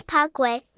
Parkway